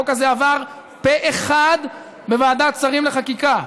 החוק הזה עבר פה אחד בוועדת שרים לחקיקה.